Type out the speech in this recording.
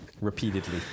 repeatedly